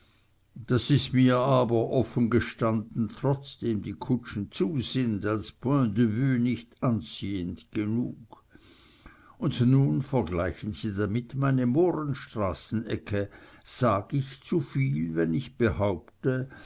das ist mir aber offen gestanden trotzdem die kutschen zu sind als point de vue nicht anziehend genug und nun vergleichen sie damit meine mohrenstraße ecke sag ich zuviel wenn ich behaupte